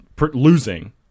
losing